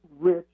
rich